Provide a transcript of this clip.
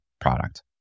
product